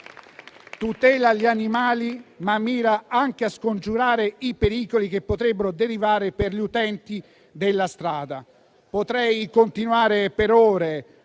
tutela gli animali, ma mira anche a scongiurare i pericoli che potrebbero derivare per gli utenti della strada. Potrei continuare per ore a